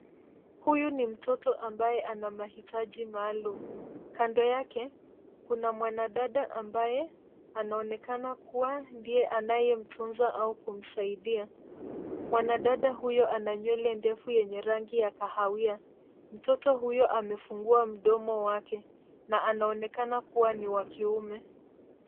Huyu ni mtoto ambaye ana mahitaji maalum. Kando yake, kuna mwanadada ambaye anaonekana kuwa ndiye anayemtunza au kumsaidia. Mwanadada huyo ana nywele ndefu yenye rangi ya kahawia. Mtoto huyo amefungua mdomo wake na anaonekana kuwa ni wa kiume.